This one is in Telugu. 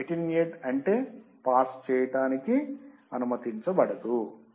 అటెన్యుయేట్ అంటే పాస్ చేయడానికి అనుమతించదు అని